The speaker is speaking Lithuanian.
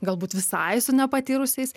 galbūt visai su nepatyrusiais